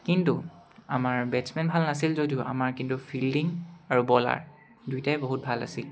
কিন্তু আমাৰ বেটছমেন ভাল নাছিল যদিও আমাৰ কিন্তু ফিল্ডিং আৰু বলাৰ দুয়োটাই বহুত ভাল আছিল